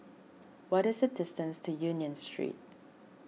what is the distance to Union Street